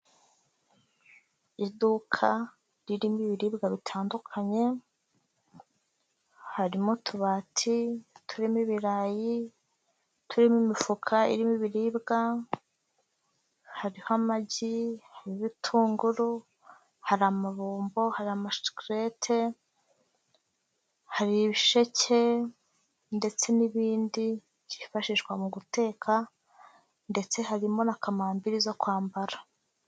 Iduka ririmo ibiribwa bitandukanye, harimo utubati turimo ibirayi, uturimo imifuka irimo ibiribwa, hariho amagi, hariho ibitunguru, hari amabumbo, hari amashikarete, hari ibisheke ndetse n'ibindi byifashishwa mu guteka ndetse harimo na kamambiri zo kwambara.